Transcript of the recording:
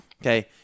Okay